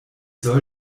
soll